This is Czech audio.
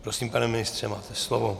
Prosím, pane ministře, máte slovo.